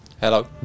Hello